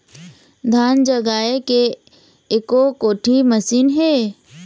धान जगाए के एको कोठी मशीन हे?